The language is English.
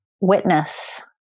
witness